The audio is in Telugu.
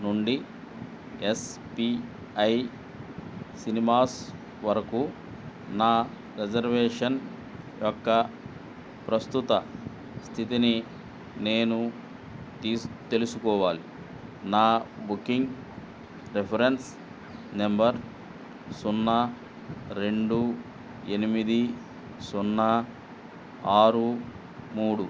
నుండి ఎస్ పీ ఐ సినిమాస్ వరకు నా రిజర్వేషన్ యొక్క ప్రస్తుత స్థితిని నేను తెలుసుకోవాలి నా బుకింగ్ రిఫరెన్స్ నెంబర్ సున్నా రెండు ఎనిమిది సున్నా ఆరు మూడు